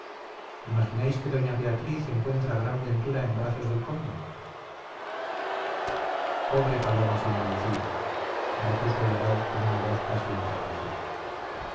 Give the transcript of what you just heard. imagináis que doña beatriz encuentra gran ventura en brazos del conde pobre paloma sin mancilla repuso el abad con una voz casi enternecida